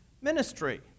ministry